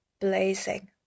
blazing